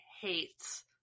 hates